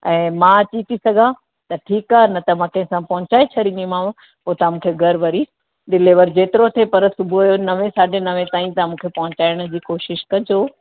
ऐं मां अची ती सघां न त मां कैंसा पहुंचाए छॾिंदी माव पो तां मुखे घरु वरी डिलीवर जेतिरो थे पर सुबुह जो नवे साढे नवे ताईं तां मुखे पहुचायण जी कोशिशि कजो